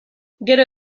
gero